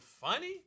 funny